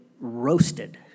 roasted